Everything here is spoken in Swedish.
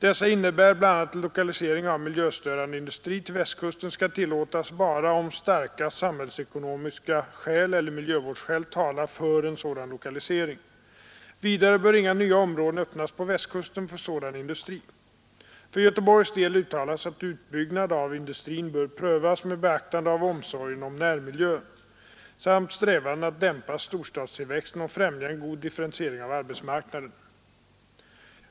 Dessa innebär bl.a. att lokalisering av miljöstörande industri till Västkusten skall tillåtas bara om starka samhällsekonomiska skäl eller miljövårdsskäl talar för en sådan lokalisering. Vidare bör inga nya områden öppnas på Västkusten för sådan industri. För Göteborgs del uttalas att utbyggnad av industrin bör prövas med beaktande av omsorgen om närmiljön samt strävandena att dämpa storstadstillväxten och främja en god differentiering av arbetsmarknaden.